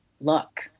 luck